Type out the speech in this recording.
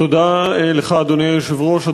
תודה לך, אדוני היושב-ראש.